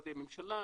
משרדי הממשלה.